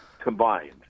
combined